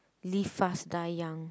live fast die young